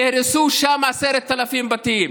נהרסו שם 10,000 בתים,